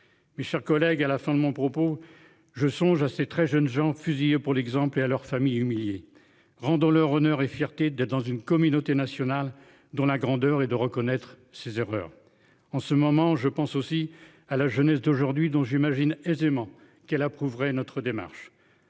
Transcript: Mes chers collègues, à la fin de mon propos, je songe à ces très jeunes gens fusillés pour l'exemple et à leurs familles humiliées, rendant leur honneur et fierté d'être dans une communauté nationale dont la grandeur et de reconnaître ses erreurs en ce moment je pense aussi à la jeunesse d'aujourd'hui. Donc j'imagine aisément qu'elle approuverait notre démarche.